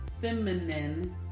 feminine